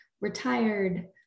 retired